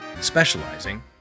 specializing